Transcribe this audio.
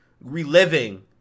reliving